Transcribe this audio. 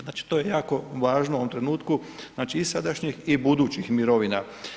Znači to je jako važno u ovom trenutku, znači i sadašnjih i budućih mirovina.